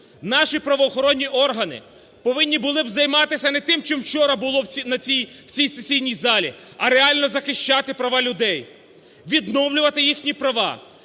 наші правоохоронні органи повинні були займатися не тим, чим вчора було на цій… в цій сесійній залі, а реально захищати права людей, відновлювати їхні права,